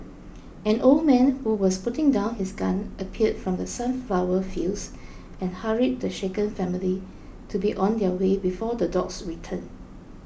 an old man who was putting down his gun appeared from the sunflower fields and hurried the shaken family to be on their way before the dogs return